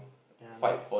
ya may